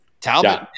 Talbot